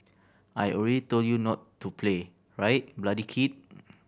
I already told you not to play right bloody kid